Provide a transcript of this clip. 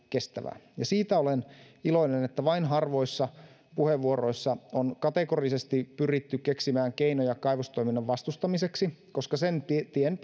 kestävää siitä olen iloinen että vain harvoissa puheenvuoroissa on kategorisesti pyritty keksimään keinoja kaivostoiminnan vastustamiseksi koska sen tien